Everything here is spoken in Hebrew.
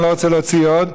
אני לא רוצה להוציא עוד.